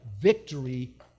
victory